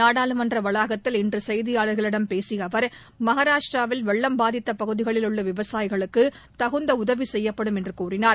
நாடாளுமன்ற வளாகத்தில் இன்று செய்தியாளர்களிடம் பேசிய அவர் மகாராஷ்டிராவில் வெள்ளம் பாதித்த பகுதிகளில் உள்ள விவசாயிகளுக்கு தகுந்த உதவி செய்யப்படும் என்று கூறினார்